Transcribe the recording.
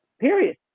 Period